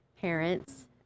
parents